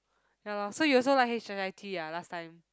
ya lor so you also like h_i_i_t ah last time